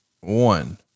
one